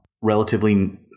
relatively